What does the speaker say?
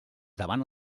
davant